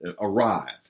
arrived